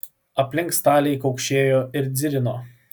aplink staliai kaukšėjo ir dzirino